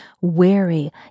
weary